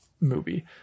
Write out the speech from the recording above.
movie